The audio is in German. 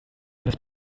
eines